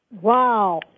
Wow